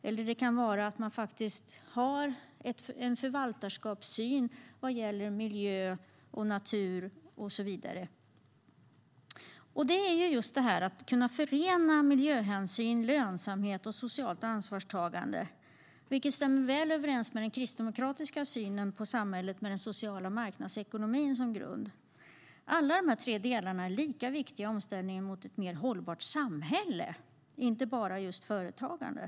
Det kan också vara fråga om att man har en förvaltarskapssyn vad gäller miljö, natur och så vidare. En förening av miljöhänsyn, lönsamhet och socialt ansvarstagande stämmer väl överens med den kristdemokratiska synen på samhället, som har den sociala marknadsekonomin som grund. Alla de här tre delarna är lika viktiga i omställningen mot ett mer hållbart samhälle, inte bara företagande.